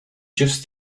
just